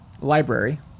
Library